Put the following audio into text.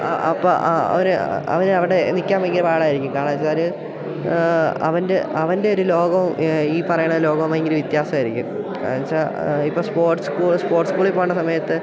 അപ്പോൾ അവന് അവന് അവിടെ നിൽക്കാൻ ഭയങ്കര പാടായിരിക്കും കാരണം എന്നു വെച്ചാൽ അവൻ്റെ അവൻ്റൊരു ലോകവും ഈ പറയണ ലോകവും ഭയങ്കര വ്യത്യാസമായിരിക്കും എന്നു വെച്ചാൽ ഇപ്പോൾ സ്പോർട്സ് സ്കൂ സ്പോർട്സ് സ്കൂളിൽ പോകേണ്ട സമയത്ത്